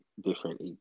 different